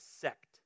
sect